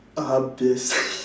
habis